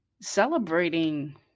celebrating